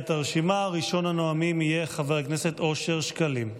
הרשימה, ראשון הנואמים יהיה חבר הכנסת אושר שקלים.